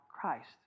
Christ